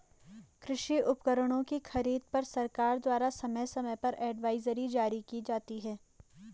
कृषि उपकरणों की खरीद पर सरकार द्वारा समय समय पर एडवाइजरी जारी की जाती है